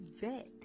vet